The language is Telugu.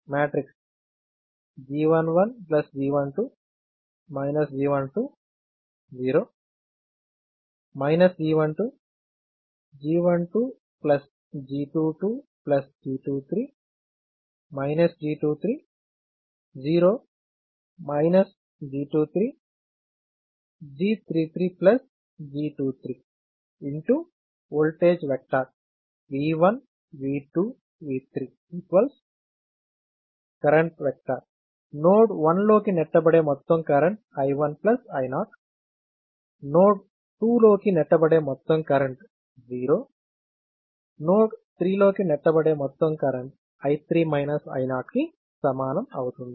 G11G12 G12 0 G12 G12 G22G 23 G23 0 G23 G33 G23 V 1 V 2 V 3 node 1 లోకి నెట్టబడే మొత్తం కరెంట్ I 1 I0 నోడ్ 2 లోకి నెట్టబడే మొత్తం కరెంట్ 0 నోడ్ 3 లోకి నెట్టబడే మొత్తం కరెంట్ I 3 I0 సమానం అవుతుంది